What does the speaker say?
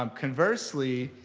um conversely,